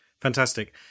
Fantastic